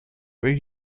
where